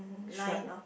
stripe